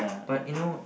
but you know